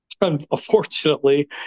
unfortunately